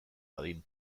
dadin